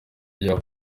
rya